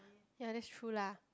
ya that's true lah